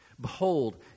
Behold